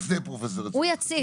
לפני פרופ' יציב.